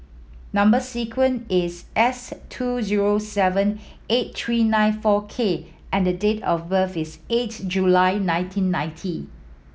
number sequence is S two zero seven eight three nine four K and the date of birth is eight July nineteen ninety